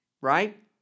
right